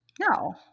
No